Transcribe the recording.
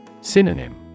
Synonym